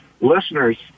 listeners